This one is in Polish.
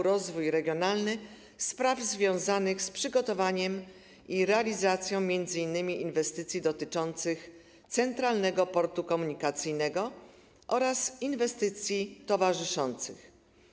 Rozwój regionalny spraw związanych z przygotowaniem i realizacją m.in. inwestycji dotyczących Centralnego Portu Komunikacyjnego oraz inwestycji towarzyszących.